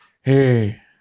Hey